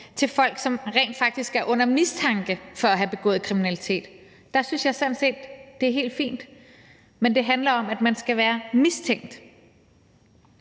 til folk, som rent faktisk er under mistanke for at have begået kriminalitet. Der synes jeg sådan set det er helt fint, men det handler om, at man skal være mistænkt.